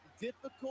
difficult